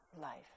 life